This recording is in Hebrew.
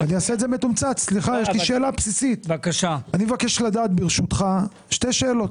מתנצל - אני מבקש לדעת ברשותך שתי שאלות